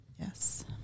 Yes